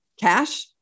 cash